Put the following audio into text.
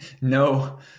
no